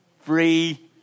free